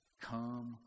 Come